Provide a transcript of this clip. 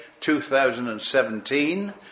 2017